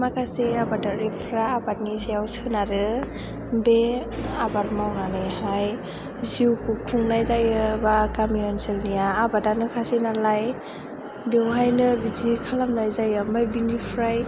माखासे आबादारिफ्रा आबादनि सायाव सोनारो बे आबाद मावनानैहाय जिउखौ खुंनाय जायो बा गामि ओनसोलनिया आबादानोखासै नालाय बेवहायनो बिदि खालामनाय जायो ओमफ्राय बिनिफ्राय